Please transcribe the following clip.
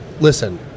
Listen